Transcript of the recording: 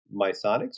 MySonics